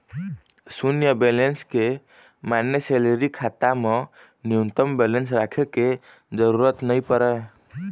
सून्य बेलेंस के माने सेलरी खाता म न्यूनतम बेलेंस राखे के जरूरत नइ परय